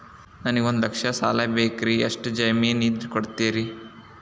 ನನಗೆ ಒಂದು ಲಕ್ಷ ಸಾಲ ಬೇಕ್ರಿ ಎಷ್ಟು ಜಮೇನ್ ಇದ್ರ ಕೊಡ್ತೇರಿ?